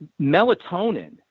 Melatonin